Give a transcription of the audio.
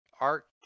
art